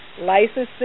licensing